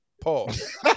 Pause